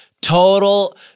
Total